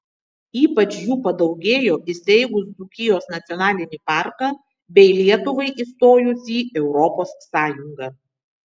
ypač jų padaugėjo įsteigus dzūkijos nacionalinį parką bei lietuvai įstojus į europos sąjungą